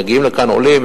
מגיעים לכאן עולים,